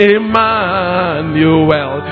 Emmanuel